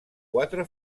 quatre